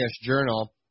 journal